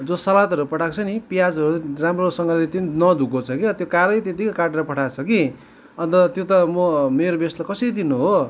जो सलादहरू पठाको छ नि प्याजहरू राम्रो सँगले त्यो नधुएको छ क्यौ कालै त्यतिकै काटेर पठाएको छ कि अन्त त्यो त मो मेरो गेस्टलाई कसरी दिनु हो